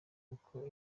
kuko